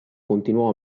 continuò